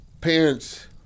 parents